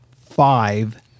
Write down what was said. five